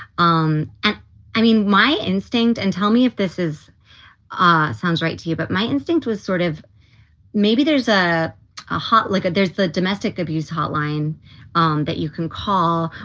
um and i mean, my instinct and tell me if this is ah sounds right to you, but my instinct was sort of maybe there's a ah hot like there's the domestic abuse hotline um that you can call,